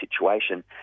situation